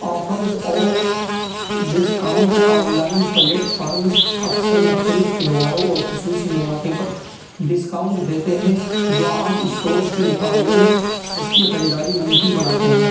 offers اور discount online platforms اکثر مختلف تیہواروں اور خصوصی مواقع پر ڈسکاؤنٹ دیتے ہیں جو عام اسٹورز کے مقابلے میں سستی خریداری ممکن بناتے ہیں